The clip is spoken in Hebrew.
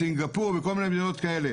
בסינגפור ובכל מיני מדינות כאלה.